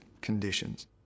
conditions